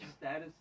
status